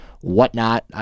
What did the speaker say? whatnot